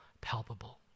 palpable